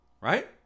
right